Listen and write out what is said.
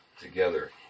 together